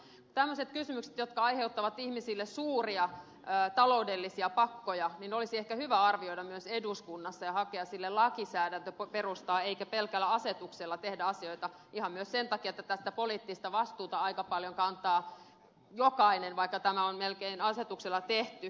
tämmöiset kysymykset jotka aiheuttavat ihmisille suuria taloudellisia pakkoja olisi ehkä hyvä arvioida myös eduskunnassa ja hakea sille lainsäädäntöperustaa eikä pelkällä asetuksella tehdä asioita ihan myös sen takia että tästä poliittista vastuuta aika paljon kantaa jokainen vaikka tämä on melkein asetuksella tehty